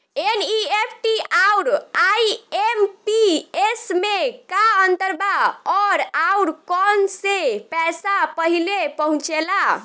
NEFT आउर IMPS मे का अंतर बा और आउर कौना से पैसा पहिले पहुंचेला?